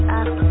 up